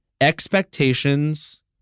expectations